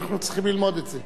אנחנו צריכים ללמוד את זה.